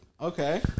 Okay